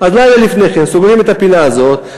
לילה לפני כן סוגרים את הפינה הזאת,